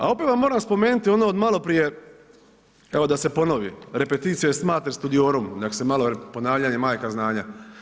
A opet vam moram spomenuti ono od maloprije, evo da se ponovi, repetitio est mater studiorum, nek se malo ponavljanje je majka znanja.